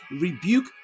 rebuke